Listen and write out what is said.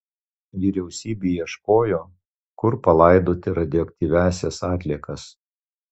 vyriausybė ieškojo kur palaidoti radioaktyviąsias atliekas